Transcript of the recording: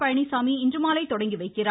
பழனிசாமி இன்று மாலை தொடங்கி வைக்கிறார்